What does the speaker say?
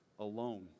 Alone